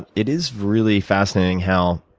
it it is really fascinating how